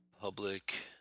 public